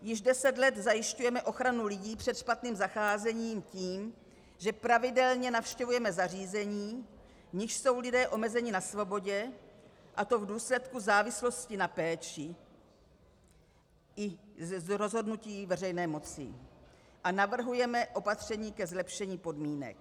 Již deset let zajišťujeme ochranu lidí před špatným zacházením tím, že pravidelně navštěvujeme zařízení, v nichž jsou lidé omezeni na svobodě, a to v důsledku závislosti na péči i z rozhodnutí veřejné moci, a navrhujeme opatření ke zlepšení podmínek.